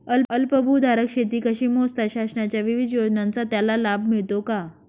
अल्पभूधारक शेती कशी मोजतात? शासनाच्या विविध योजनांचा त्याला लाभ मिळतो का?